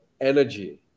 energy